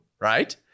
right